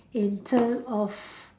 in term of